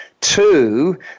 Two